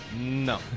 No